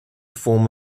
form